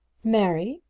mary,